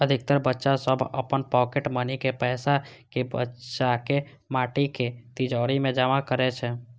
अधिकतर बच्चा सभ अपन पॉकेट मनी के पैसा कें बचाके माटिक तिजौरी मे जमा करै छै